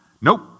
nope